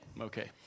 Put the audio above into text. Okay